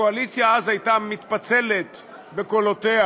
והקואליציה אז הייתה מתפצלת בקולותיה,